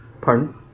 Pardon